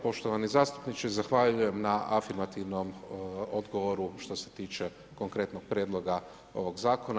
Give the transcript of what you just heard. Poštovani zastupniče zahvaljujem na afirmativnom odgovoru što se tiče konkretnog prijedloga ovoga zakona.